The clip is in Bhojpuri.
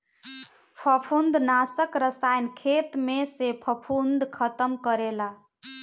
फंफूदनाशक रसायन खेत में से फंफूद खतम करेला